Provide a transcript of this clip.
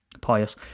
pious